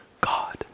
God